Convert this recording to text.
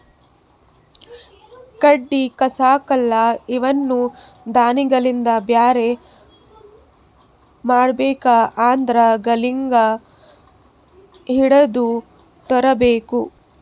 ಕಡ್ಡಿ ಕಸ ಕಲ್ಲ್ ಇವನ್ನ ದಾಣಿಗಳಿಂದ ಬ್ಯಾರೆ ಮಾಡ್ಬೇಕ್ ಅಂದ್ರ ಗಾಳಿಗ್ ಹಿಡದು ತೂರಬೇಕು